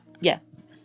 yes